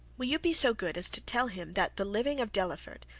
will you be so good as to tell him that the living of delaford,